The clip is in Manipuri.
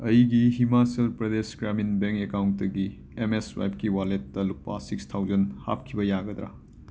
ꯑꯩꯒꯤ ꯍꯤꯃꯥꯆꯜ ꯄ꯭ꯔꯥꯗꯦꯁ ꯒ꯭ꯔꯥꯃꯤꯟ ꯕꯦꯡ ꯑꯦꯛꯀꯥꯎꯟꯇꯒꯤ ꯑꯦꯝ ꯑꯦꯁ ꯋꯥꯏꯞꯒꯤ ꯋꯥꯂꯦꯠꯇ ꯂꯨꯄꯥ ꯁꯤꯛꯁ ꯊꯥꯎꯖꯟ ꯍꯥꯞꯈꯤꯕ ꯌꯥꯒꯗ꯭ꯔ